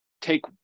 take